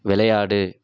விளையாடு